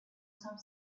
some